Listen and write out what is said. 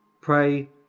pray